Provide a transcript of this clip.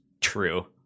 true